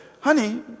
honey